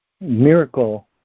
Miracle